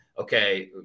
okay